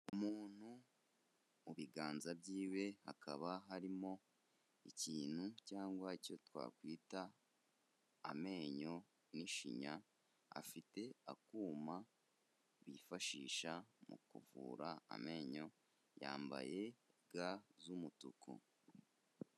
Umuntu, mu biganza byiwe hakaba harimo ikintu cyangwa icyo twakwita amenyo n'ishinya, afite akuma bifashisha mu kuvura amenyo, yambaye ga z'umutuku.